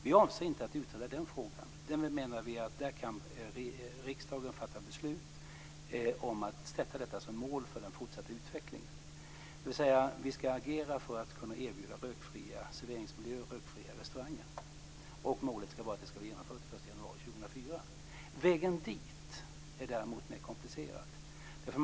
Vi avser inte att utreda den frågan. Där menar vi att riksdagen kan fatta beslut om att ha detta som mål för den fortsatta utvecklingen - dvs. att vi ska agera för att kunna erbjuda rökfria serveringsmiljöer och rökfria restauranger. Målet ska vara att det är genomfört den 1 januari Vägen dit är däremot mer komplicerad.